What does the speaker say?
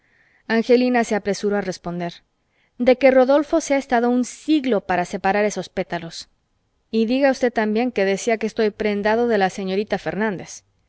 angelina se apresuró a responder de que rodolfo se ha estado un siglo para separar esos pétalos y diga usted también que decía que estoy prendado de la señorita fernández